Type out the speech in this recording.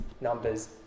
Numbers